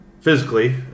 physically